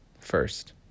first